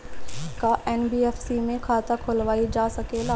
का एन.बी.एफ.सी में खाता खोलवाईल जा सकेला?